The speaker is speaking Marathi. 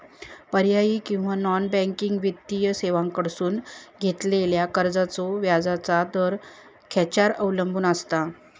पर्यायी किंवा नॉन बँकिंग वित्तीय सेवांकडसून घेतलेल्या कर्जाचो व्याजाचा दर खेच्यार अवलंबून आसता?